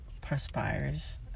perspires